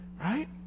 right